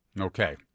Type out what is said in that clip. Okay